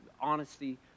honesty